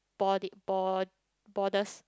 bord~ bor~ borders